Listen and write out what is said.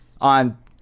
on